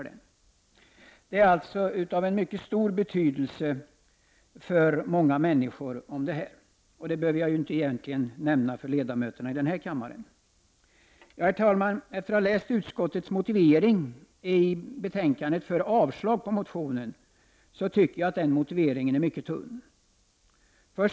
Det här har alltså mycket stor betydelse för många människor — det behöver jag väl egentligen inte tala om för ledamöterna här i kammaren. Herr talman! Jag tycker att utskottets motivering för avslag på motionen är mycket tunn.